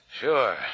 Sure